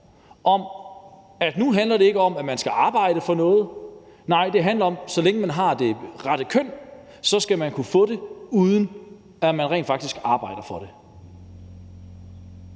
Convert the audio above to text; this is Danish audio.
nu ikke handler om, at man skal arbejde for noget; nej, det handler om, at så længe man har det rette køn, skal man kunne få det, uden at man rent faktisk arbejder for det.